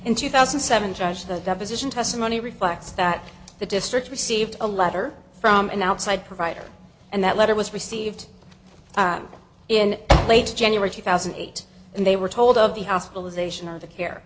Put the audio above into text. and two thousand and seven judge the deposition testimony reflects that the district received a letter from an outside provider and that letter was received in late january two thousand and eight and they were told of the hospital ization of the care